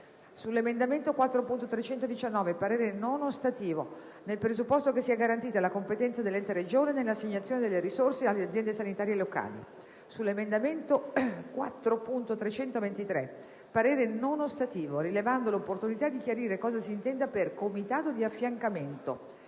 sull'emendamento 4.319, parere non ostativo, nel presupposto che sia garantita la competenza dell'ente Regione nell'assegnazione delle risorse alle aziende sanitarie locali; - sull'emendamento 4.323, parere non ostativo, rilevando l'opportunità di chiarire cosa si intenda per "comitato di affiancamento"